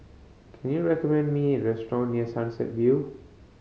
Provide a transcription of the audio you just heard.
can you recommend me restaurant near Sunset View